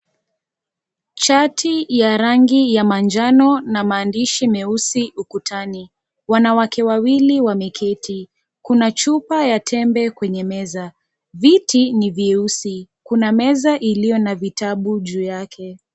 Chati ya rangi ya manjano na maandishi meusi ukutani. Wanawake wawili wameketi , kuna chupa ya tembe kwenye meza, viti ni vyeusi, kuna meza iliyo na vitabu juu yake.